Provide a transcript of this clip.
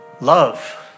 love